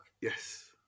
Yes